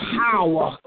power